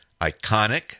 iconic